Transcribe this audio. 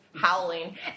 Howling